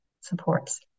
supports